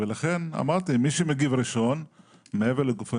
לכן אמרתי שמי שמגיב ראשון מעבר לגופי